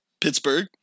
Pittsburgh